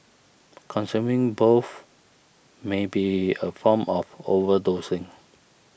consuming both may be a form of overdosing